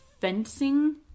fencing